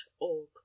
org